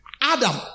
Adam